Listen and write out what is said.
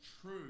true